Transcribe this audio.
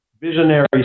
visionary